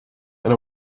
and